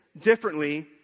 differently